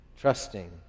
trusting